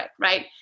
right